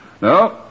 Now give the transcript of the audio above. No